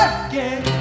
again